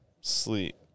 sleep